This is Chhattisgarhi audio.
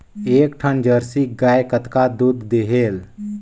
एक ठन जरसी गाय कतका दूध देहेल?